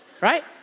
right